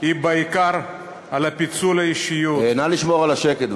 היא בעיקר על פיצול האישיות, נא לשמור על השקט.